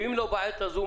ואם לא בעת הזו,